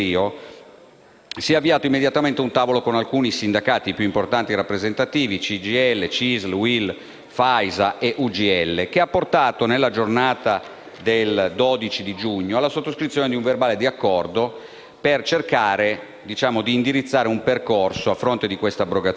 si è avviato immediatamente un tavolo con alcuni sindacati più importanti e rappresentativi (CGIL, CISL, UIL, FAISA e UGL), che ha portato, nella giornata del 12 giugno, alla sottoscrizione di un verbale di accordo per cercare di indirizzare un percorso a fronte di questa abrogazione.